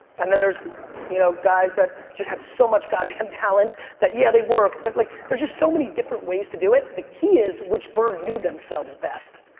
and then there's you know guys that just had so much god damn talent that yeah they worked but like there's just so many different ways to do it. the key is which bird knew themselves best.